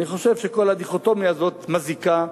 אני חושב שכל הדיכוטומיה הזאת מזיקה,